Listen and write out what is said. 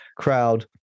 crowd